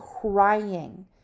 crying